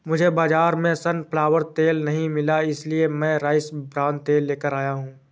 मुझे बाजार में सनफ्लावर तेल नहीं मिला इसलिए मैं राइस ब्रान तेल लेकर आया हूं